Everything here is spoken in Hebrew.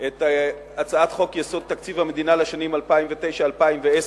את הצעת חוק-יסוד: תקציב המדינה לשנים 2009 ו-2010,